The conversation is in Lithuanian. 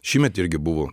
šįmet irgi buvo